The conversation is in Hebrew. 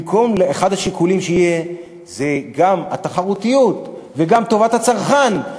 במקום שהשיקולים יהיו גם התחרותיות וגם טובת הצרכן,